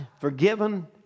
forgiven